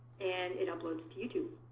and it uploads youtube.